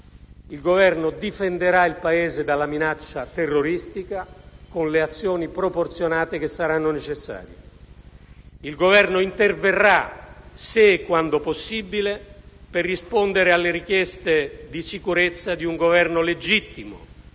Il Governo difenderà il Paese dalla minaccia terroristica con le azioni proporzionate che saranno necessarie. Il Governo interverrà, se e quando possibile, per rispondere alle richieste di sicurezza di un Governo legittimo